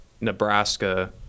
Nebraska